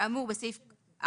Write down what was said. הסדרי ביטוח כאמור בסעיף 14(ב)(1)